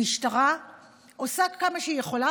המשטרה עושה כמה שהיא יכולה,